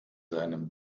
seinem